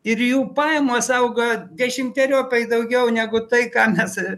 ir jų pajamos auga dešimteriopai daugiau negu tai ką mes